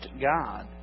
God